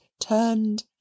turned